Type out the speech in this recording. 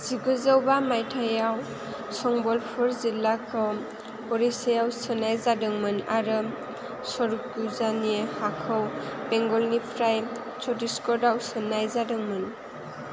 जिगुजौ बा माइथायाव संबलपुर जिल्लाखौ अढिष्यायाव सोनाय जादोंमोन आरो सरगुजानि हाखौ बेंगलनिफ्राय छत्तीसगढ़आव सोनाय जादोंमोन